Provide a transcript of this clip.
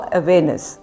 awareness